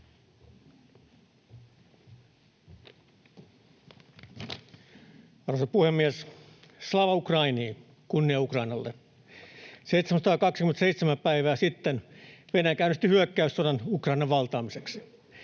Arvoisa puhemies! Slava Ukraini, kunnia Ukrainalle! 727 päivää sitten Venäjä käynnisti hyökkäyssodan Ukrainan valtaamiseksi.